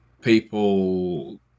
People